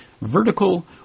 vertical